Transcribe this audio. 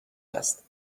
است